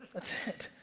that's it.